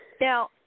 Now